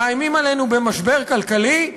מאיימים עלינו במשבר כלכלי?